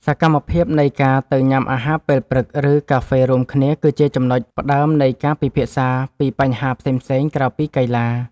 សកម្មភាពនៃការទៅញ៉ាំអាហារពេលព្រឹក ឬកាហ្វេរួមគ្នា គឺជាចំណុចផ្ដើមនៃការពិភាក្សាពីបញ្ហាផ្សេងៗក្រៅពីកីឡា។